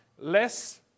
less